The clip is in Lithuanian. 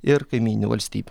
ir kaimyninių valstybių